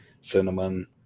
cinnamon